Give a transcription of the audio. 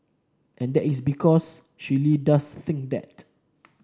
and that is because she really does think that